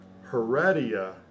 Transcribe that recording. Heredia